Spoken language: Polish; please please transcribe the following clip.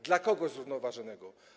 Dla kogo zrównoważonego?